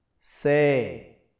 Say